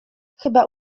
chyba